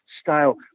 style